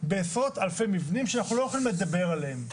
בעשרות אלפי מבנים שאנחנו לא יכולים לדבר עליהם,